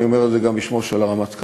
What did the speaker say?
ואני אומר את זה גם בשמו של הרמטכ"ל,